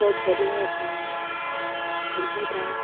twelve ꯐꯦꯟ ꯑꯣꯏꯔꯛꯄ ꯀꯥꯡꯕꯨꯗ